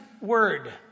word